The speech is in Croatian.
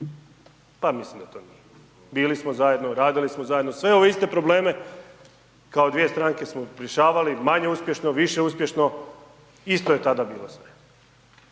pa mislim da to nije, bili smo zajedno, radili smo zajedno, sve ove iste probleme kao dvije stranke smo rješavali, manje uspješno, više uspješno, isto je tada bilo sve.